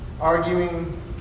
arguing